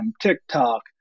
TikTok